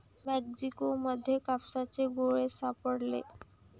Mexico मध्ये कापसाचे गोळे सापडले